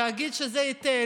להגיד שזה היטל,